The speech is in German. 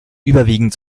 überwiegend